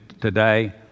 today